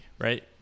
right